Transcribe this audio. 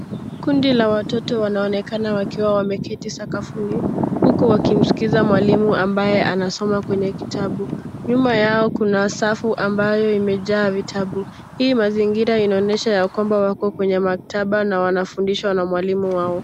Kundi la watoto wanaonekana wakiwa wameketi sakafuni, huku wakimsikiza mwalimu ambaye anasoma kwenye kitabu. Nyuma yao kuna safu ambayo imejaa vitabu. Hii mazingira inaonyesha ya kwamba wako kwenye maktaba na wanafundishwa na mwalimu wao.